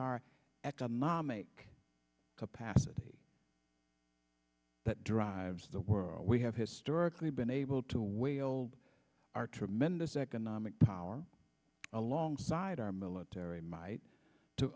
our economic capacity that drives the world we have historically been able to wailed our tremendous economic power alongside our military might to